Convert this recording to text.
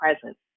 presence